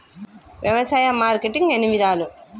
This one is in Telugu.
వ్యవసాయ మార్కెటింగ్ ఎన్ని విధాలు?